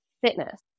fitness